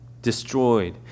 destroyed